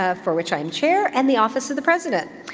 ah for which i'm chair, and the office of the president.